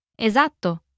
Esatto